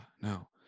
no